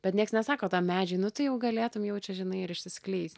bet nieks nesako tam medžiui nu tu jau galėtum jau čia žinai ir išsiskleis